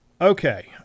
Okay